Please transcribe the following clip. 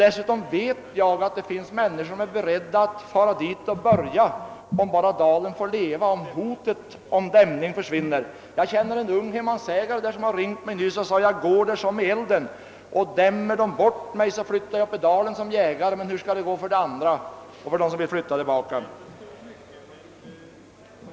Dessutom vet jag att det finns människor som är beredda att fara dit och börja arbeta där, om bara dalen får leva och hotet om uppdämning av älven försvinner. En ung hemmansägare ringde nyligen upp mig och berättade hur han upplevde regleringshotet. Om han skulle bli tvingad att lämna gården på grund av uppdämningen, tänkte han flytta längre uppåt dalen och bli jägare. Men han undrade samtidigt hur det skulle gå med de övriga invånarna och med dem som vill flytta tillbaka till bygden från andra trakter.